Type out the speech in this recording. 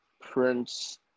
Prince